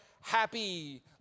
happy